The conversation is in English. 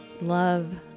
love